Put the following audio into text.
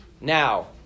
Now